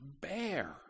Bear